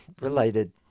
related